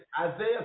Isaiah